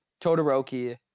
Todoroki